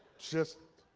just,